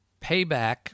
payback